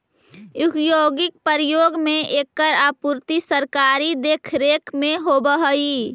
औद्योगिक प्रयोग में एकर आपूर्ति सरकारी देखरेख में होवऽ हइ